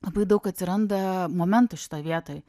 labai daug atsiranda momentų šitoj vietoj